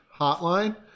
hotline